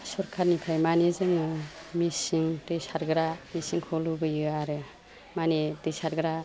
सरखारनिफ्राय मानि जोङो मिसिन दै सारग्रा मिसिनखौ लुगैयो आरो मानि दै सारग्रा